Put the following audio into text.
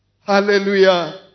Hallelujah